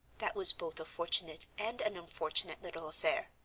that was both a fortunate and an unfortunate little affair,